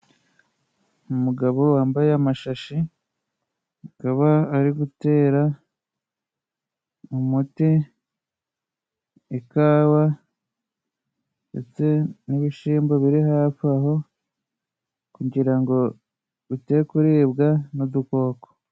Umugabo wambaye amashashi akaba ari gutera umuti ikawa, ndetse n'ibishyimbo biri hafi aho, kugira ngo bitekuribwa n'udukoko.